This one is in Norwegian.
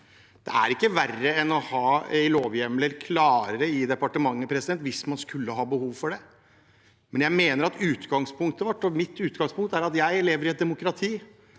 Det er ikke verre enn å ha lovhjemler klare i departementet hvis man skulle ha behov for det. Jeg mener at utgangspunktet vårt og mitt utgangspunkt er at vi lever i et demokrati